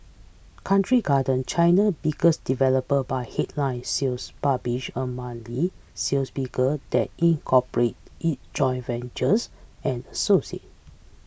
Country Garden China biggest developer by headline sales publish a monthly sales figure that incorporate it joint ventures and associate